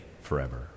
Forever